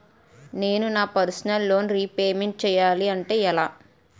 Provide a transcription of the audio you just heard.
నేను నా personal loan repayment చేయాలంటే ఎలా?